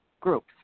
groups